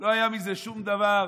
לא היה מזה שום דבר.